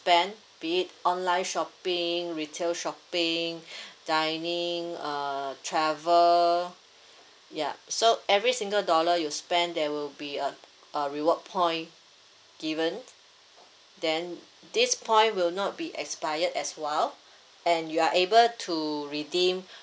spend be it online shopping retail shopping dining err travel ya so every single dollar you spend there will be a a reward point given then this point will not be expired as well and you are able to redeem